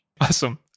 Awesome